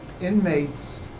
inmates